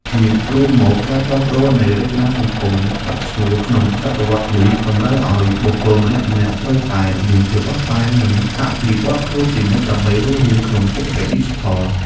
ជារួមមក ការផ្លាស់ប្តូរនៃរចនាសម្ព័ន្ធប្រាក់ឈ្នួលក្នុងទសវត្សរ៍នេះតម្រូវឱ្យបុគ្គលម្នាក់ៗត្រូវតែមានភាពបត់បែន និងអភិវឌ្ឍខ្លួនជានិច្ចដើម្បីរស់រានក្នុងសេដ្ឋកិច្ចឌីជីថល។